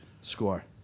score